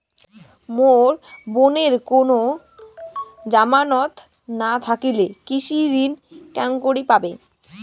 মোর বোনের কুনো জামানত না থাকিলে কৃষি ঋণ কেঙকরি পাবে?